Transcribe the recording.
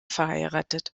verheiratet